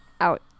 out